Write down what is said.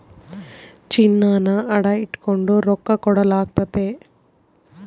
ಚಿನ್ನಾನ ಅಡ ಇಟಗಂಡು ರೊಕ್ಕ ಕೊಡಲಾಗ್ತತೆ